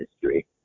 history